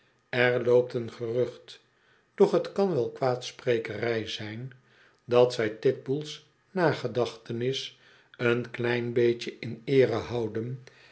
br loopt een gerucht doch t kan wel kwaadsprekerij zijn dat zij titbull's nagedachtenis een klein beetje in eere houden